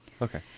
Okay